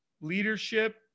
leadership